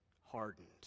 hardened